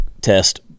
test